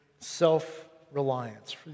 Self-reliance